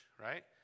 Right